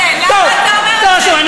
טוב, לא חשוב, למה אתה אומר את זה?